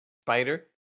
spider